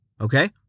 okay